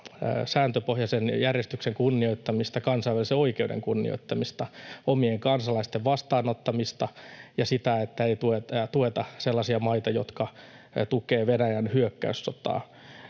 sääntöpohjaisen järjestyksen kunnioittamista, kansainvälisen oikeuden kunnioittamista, omien kansalaisten vastaanottamista ja sitä, että ei tueta sellaisia maita, jotka tukevat Venäjän hyökkäyssotaa.